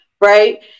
right